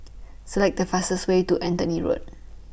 Select The fastest Way to Anthony Road